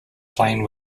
playing